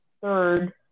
third